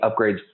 upgrades